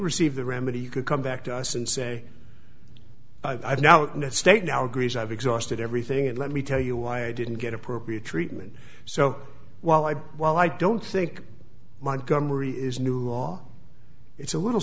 receive the remedy you could come back to us and say i've now in a state now agrees i've exhausted everything and let me tell you why i didn't get appropriate treatment so while i while i don't think montgomery is new law it's a little